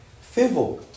Favor